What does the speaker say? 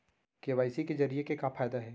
KYC जरिए के का फायदा हे?